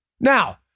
Now